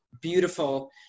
beautiful